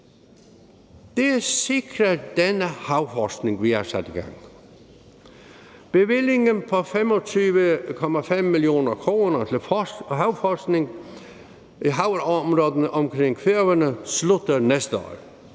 Det sikrer den havforskning, vi har sat i gang. Bevillingen på 25,5 mio. kr. til havforskning i havområderne omkring Færøerne slutter næste år.